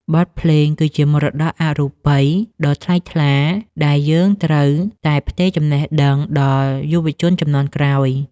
បទភ្លេងគឺជាមរតកអរូបិយដ៏ថ្លៃថ្លា ដែលយើងត្រូវតែផ្ទេរចំណេះដឹងដល់យុវជនជំនាន់ក្រោយ។